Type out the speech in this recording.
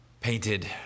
painted